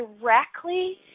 directly